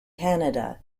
canada